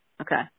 Okay